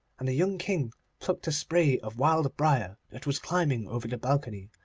and the young king plucked a spray of wild briar that was climbing over the balcony,